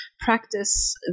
practice